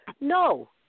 No